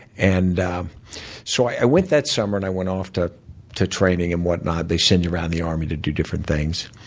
and so i went that summer and i went off to to training and whatnot. they send you around the army to do different things.